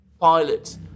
pilot